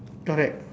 correct